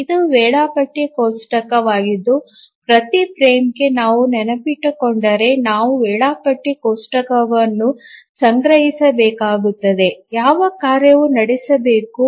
ಇದು ವೇಳಾಪಟ್ಟಿ ಕೋಷ್ಟಕವಾಗಿದ್ದು ಪ್ರತಿ ಫ್ರೇಮ್ಗೆ ನಾವು ನೆನಪಿಟ್ಟುಕೊಂಡರೆ ನಾವು ವೇಳಾಪಟ್ಟಿ ಕೋಷ್ಟಕವನ್ನು ಸಂಗ್ರಹಿಸಬೇಕಾಗುತ್ತದೆ ಯಾವ ಕಾರ್ಯವನ್ನು ನಡೆಸಬೇಕು